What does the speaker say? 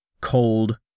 Cold